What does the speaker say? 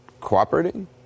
cooperating